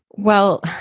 well,